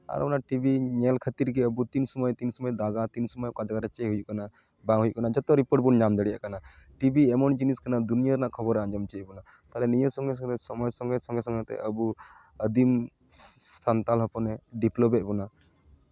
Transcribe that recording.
ᱟᱨ ᱚᱱᱟ ᱴᱤᱵᱷᱤ ᱧᱮᱞ ᱠᱷᱟᱹᱛᱤᱨ ᱜᱮ ᱟᱵᱚ ᱛᱤᱱ ᱥᱚᱢᱚᱭ ᱛᱤᱱ ᱥᱚᱢᱚᱭ ᱫᱟᱸᱜᱟ ᱛᱤᱱ ᱥᱚᱢᱚᱭ ᱚᱠᱟ ᱡᱟᱭᱜᱟ ᱨᱮ ᱪᱮᱫ ᱦᱩᱭᱩᱜ ᱠᱟᱱᱟ ᱵᱟᱝ ᱦᱩᱭᱩᱜ ᱠᱟᱱᱟ ᱡᱚᱛᱚ ᱨᱤᱯᱳᱨᱴ ᱵᱚᱱ ᱧᱟᱢ ᱫᱟᱲᱮᱭᱟᱜ ᱠᱟᱱᱟ ᱴᱤᱵᱷᱤ ᱮᱢᱚᱱ ᱡᱤᱱᱤᱥ ᱠᱟᱱᱟ ᱫᱩᱱᱤᱭᱟᱹ ᱨᱮᱱᱟᱜ ᱠᱷᱚᱵᱚᱨᱮ ᱟᱸᱡᱚᱢ ᱦᱚᱪᱚᱭᱮᱫ ᱵᱚᱱᱟ ᱛᱟᱦᱚᱞᱮ ᱱᱤᱭᱟᱹ ᱥᱚᱸᱜᱮ ᱥᱚᱸᱜᱮ ᱥᱚᱢᱚᱭ ᱥᱚᱸᱜᱮ ᱥᱚᱸᱜᱮᱛᱮ ᱟᱵᱚ ᱟᱹᱫᱤᱢ ᱥᱟᱱᱛᱟᱲ ᱦᱚᱯᱚᱱᱮ ᱰᱮᱵᱷᱞᱚᱯ ᱮᱫ ᱵᱚᱱᱟ